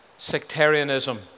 sectarianism